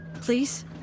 please